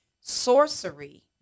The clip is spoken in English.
sorcery